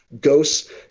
ghosts